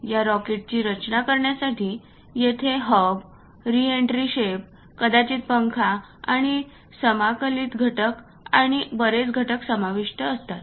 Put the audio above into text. या रॉकेटची रचना करण्यासाठी येथे हब रिएन्ट्री शेप कदाचित पंख आणि समाकलित घटक आणि बरेच घटक समाविष्ट असतात